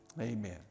Amen